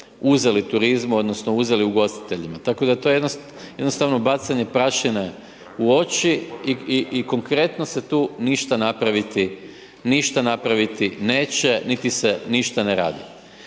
uzeli turizmu odnosno uzeli ugostiteljima. Tako da je to jednostavno bacanje prašine u oči i konkretno se tu ništa napraviti, ništa napraviti neće, niti se ništa ne radi.